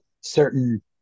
certain